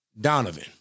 Donovan